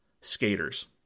skaters